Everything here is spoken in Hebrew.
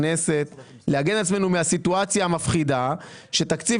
כנסת, מהסיטואציה המפחידה שתקציב